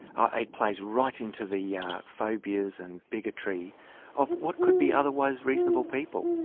ah it plays right into the yeah phobias and bigotry of what could be otherwise reasonable people.